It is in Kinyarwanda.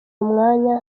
umwanya